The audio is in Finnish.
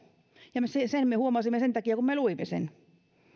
ja sen me huomasimme sen takia kun me luimme sen